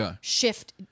shift